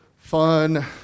fun